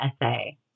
essay